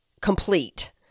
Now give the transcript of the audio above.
complete